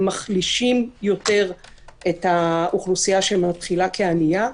מחלישים יותר את האוכלוסייה שמתחילה כענייה.